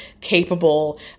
capable